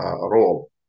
role